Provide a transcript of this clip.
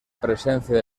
presencia